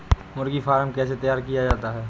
मुर्गी फार्म कैसे तैयार किया जाता है?